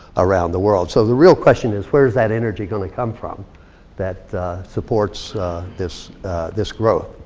around the world. so the real question is, where is that energy gonna come from that supports this this growth.